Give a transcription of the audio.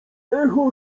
echo